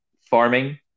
farming